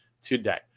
today